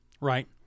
right